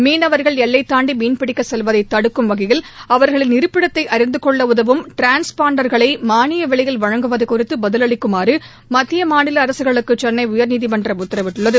மீனவர்கள் எல்லைத்தாண்டி மீன் பிடிக்கச் செல்வதை தடுக்கும் வகையில் அவர்களின் இருப்பிடத்தை அறிந்துகொள்ள உதவும் டிரான்ஸ்பாண்டர்களை மானிய விலையில் வழங்குவது குறித்து பதிலளிக்குமாறு மத்திய மாநில அரசுகளுக்கு சென்னை உயர்நீதிமன்றம் உத்தரவிட்டுள்ளது